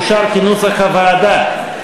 אושר כנוסח הוועדה.